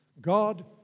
God